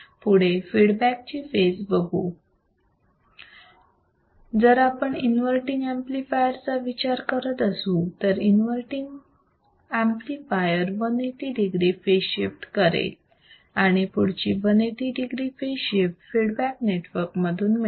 पुढे आपण फीडबॅक ची फेज बघू जर आपण इन्वर्तींग अंपलिफायर चा विचार करत असू तर inverting amplifier 180 degree phase shift करेल आणि पुढची 180 degree phase shift feedback network मधून मिळेल